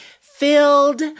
filled